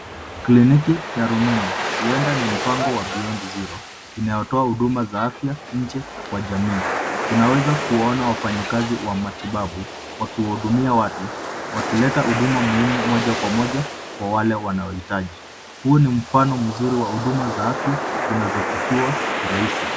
Kliniki ya rununu, huenda ni mpango wa Beyond Zero inayotoa huduma za afya nje kwa jamii. Unaweza kuona wafanyikazi wa matibabu wakiwahudumia watu wakileta huduma muhimu moja kwa moja kwa wale wanaohitaji. Huu ni mfano mzuri wa huduma za afya zinazofikiwa kirahisi.